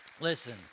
Listen